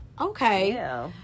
Okay